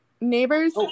Neighbors